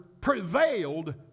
prevailed